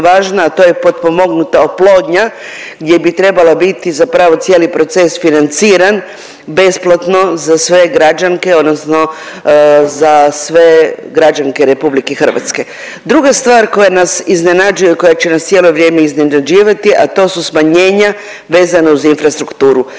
a to je potpomognuta oplodnja gdje bi trebao biti zapravo cijeli proces financiran besplatno za sve građanke odnosno za sve građanke RH. Druga stvar koja nas iznenađuje i koja će nas cijelo vrijeme iznenađivati, a to su smanjenja vezana uz infrastrukturu.